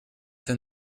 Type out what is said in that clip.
then